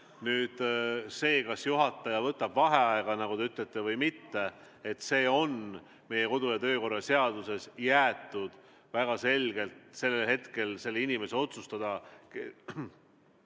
Nüüd see, kas juhataja võtab vaheaja, nagu te ütlete, või mitte, see on meie kodu- ja töökorra seaduses jäetud väga selgelt selle inimese otsustada,